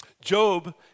Job